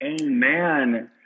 Amen